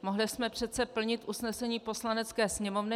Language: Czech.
Mohli jsme přece plnit usnesení Poslanecké sněmovny.